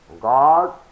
God